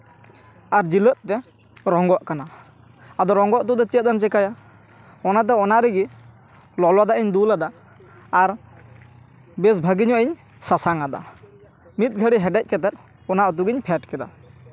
ᱟᱨ ᱡᱤᱞᱟᱹᱛ ᱛᱮ ᱨᱚᱝᱜᱚᱜ ᱠᱟᱱᱟ ᱟᱫᱚ ᱨᱚᱸᱜᱚᱜ ᱨᱮᱫᱚ ᱪᱮᱫ ᱮᱢ ᱪᱤᱠᱟᱭᱟ ᱚᱱᱟ ᱫᱚ ᱚᱱᱟ ᱨᱮᱜᱮ ᱞᱚᱞᱚᱫᱟᱜ ᱤᱧ ᱫᱩᱞ ᱟᱫᱟ ᱟᱨ ᱵᱮᱥ ᱵᱷᱟᱹᱜᱤ ᱧᱚᱜ ᱤᱧ ᱥᱟᱥᱟᱝ ᱟᱫᱟ ᱢᱤᱫ ᱜᱷᱟᱹᱲᱤᱡ ᱦᱮᱰᱮᱡ ᱠᱟᱛᱮᱫ ᱚᱱᱟ ᱩᱛᱩᱜᱤᱧ ᱯᱷᱮᱰ ᱠᱟᱫᱟ